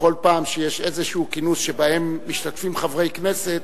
שבכל פעם שיש כינוס כלשהו שבו משתתפים חברי הכנסת,